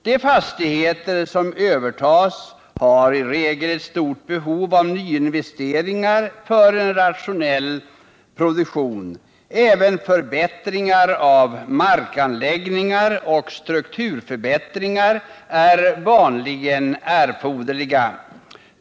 De fastigheter som övertas har i regel ett stort behov av nyinvesteringar för en rationell produktion. Även förbättringar av markanläggningar och strukturförbättringar är vanligen erforderliga.